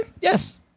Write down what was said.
Yes